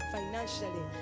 financially